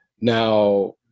Now